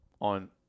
on